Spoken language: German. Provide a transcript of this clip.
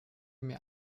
mir